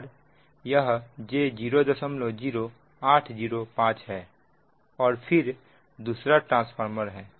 और यह j00805 है और फिर दूसरा ट्रांसफार्मर है